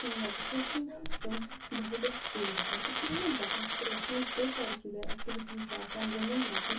ییٚمہِ وجہ سۭتۍ چھِنہٕ تِم دۄہَے دۄہَے سُکوٗل گژھان تہٕ تِہِنٛدیٚن بَچَن خٲطرٕ گژھن یِم کو کیٚرِکیوٗلَر ایٚکٹِوِٹیٖز چھِ آسان گِنٛدُن دَرٛۄکُن